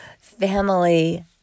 family